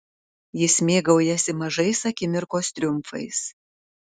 jis mėgaujasi mažais akimirkos triumfais